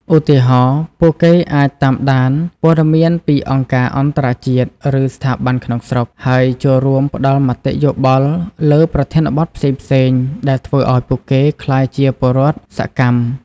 ឧទាហរណ៍ ពួកគេអាចតាមដានព័ត៌មានពីអង្គការអន្តរជាតិ ឬស្ថាប័នក្នុងស្រុក ហើយចូលរួមផ្តល់មតិយោបល់លើប្រធានបទផ្សេងៗ ដែលធ្វើឱ្យពួកគេក្លាយជាពលរដ្ឋសកម្ម ។